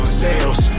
sales